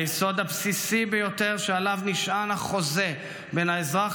היסוד הבסיסי ביותר שעליו נשען החוזה בין האזרח